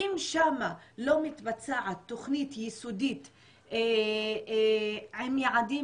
אם שם לא מתבצעת תוכנית יסודית עם יעדים